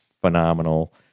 phenomenal